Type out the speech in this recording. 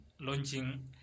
launching